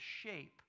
shape